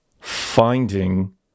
Finding